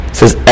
says